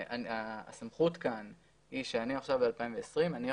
הסמכות כאן היא שאני עכשיו ב-2020 יכול